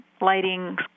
lighting